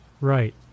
Right